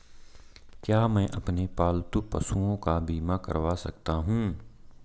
क्या मैं अपने पालतू पशुओं का बीमा करवा सकता हूं?